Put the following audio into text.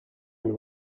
and